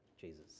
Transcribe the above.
Jesus